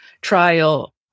trial